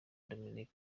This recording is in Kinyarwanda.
dominic